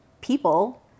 people